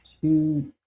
two